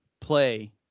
play